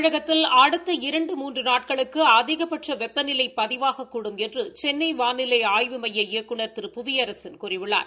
தமிழகத்தில் அடுத்த இரண்டு மூன்று நாட்களுக்கு அதிகபட்ச வெப்பநிலை பதிவாகக்கூடும் என்று சென்னை வாளிலை ஆய்வு மைய இயக்குநர் திரு புவியரசன் கூறியுள்ளார்